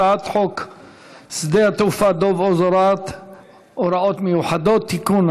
הצעת החוק הצעת חוק שדה התעופה דב הוז (הוראות מיוחדות) (תיקון),